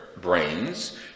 brains